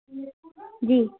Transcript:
G